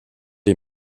est